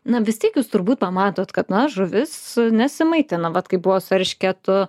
na vis tiek jūs turbūt pamatot kad na žuvis nesimaitina vat kaip buvo su eršketu